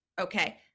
okay